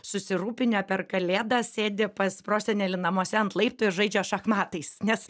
susirūpinę per kalėdas sėdi pas prosenelį namuose ant laiptų ir žaidžia šachmatais nes